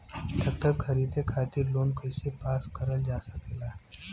Tractor खरीदे खातीर loan कइसे पास करल जा सकेला?